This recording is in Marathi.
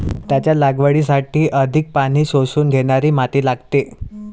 त्याच्या लागवडीसाठी अधिक पाणी शोषून घेणारी माती लागते